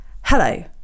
hello